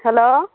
hello